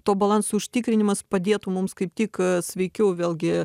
to balanso užtikrinimas padėtų mums kaip tik sveikiau vėlgi